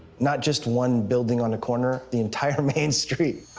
not just one building on the corner, the entire main street.